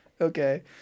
Okay